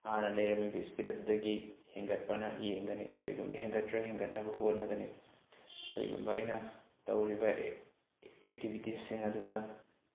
ꯍꯥꯟꯅ ꯂꯩꯔꯝꯃꯤꯕ ꯁ꯭ꯄꯤꯠ ꯑꯗꯨꯗꯒꯤ ꯍꯦꯟꯒꯠꯄ꯭ꯔꯅ ꯌꯦꯡꯒꯅꯤ ꯀꯩꯒꯨꯝꯕ ꯍꯦꯟꯒꯠꯇ꯭ꯔ ꯍꯦꯟꯒꯠꯅꯕ ꯍꯣꯠꯅꯒꯅꯤ ꯀꯔꯤꯒꯨꯝꯕ ꯑꯩꯅ ꯇꯧꯔꯤꯕ ꯑꯦꯛꯇꯤꯚꯤꯇꯤꯁꯁꯤꯡ ꯑꯗꯨꯗ